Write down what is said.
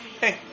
Hey